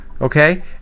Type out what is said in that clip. Okay